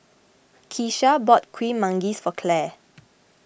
Kecia bought Kuih Manggis for Claire